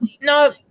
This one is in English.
no